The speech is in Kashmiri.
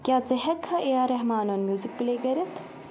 کیا ژٕ ہیٚکِہ کھا اے آر رحمانُن میوزِک پلے کٔرِتھ